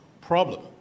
problem